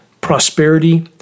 Prosperity